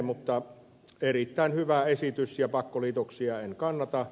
mutta erittäin hyvä esitys ja pakkoliitoksia en kannata